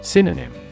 Synonym